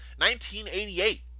1988